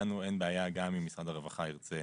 לנו אין בעיה גם אם משרד הרווחה ירצה